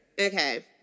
Okay